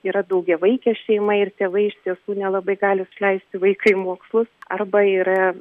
yra daugiavaikė šeima ir tėvai iš tiesų nelabai gali išleisti vaiką į mokslus arba yra